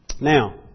Now